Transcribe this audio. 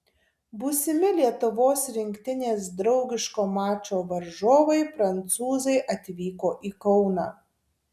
būsimi lietuvos rinktinės draugiško mačo varžovai prancūzai atvyko į kauną